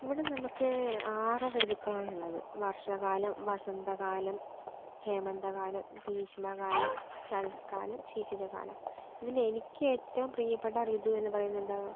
ഇവിടെ നമുക്ക് ആറ് ഋതുക്കളാണ് ഉള്ളത് വർഷകാലം വസന്തകാലം ഹേമന്തകാലം ഗ്രീഷ്മകാലം ശരത്ക്കാലം ശിശിരകാലം ഇതിലെനിക്ക് ഏറ്റവും പ്രിയപ്പെട്ട ഋതു എന്ന് പറയുന്നത് എന്താണ്